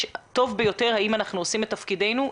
טוב ביותר האם אנחנו עושים את תפקידנו,